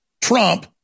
Trump